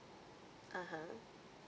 (uh huh)